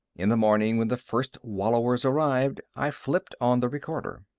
in the morning, when the first wallowers arrived, i flipped on the recorder.